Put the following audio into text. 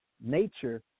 nature